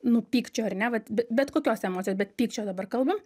nu pykčio ar ne vat be bet kokios emocijos bet pykčio dabar kalbam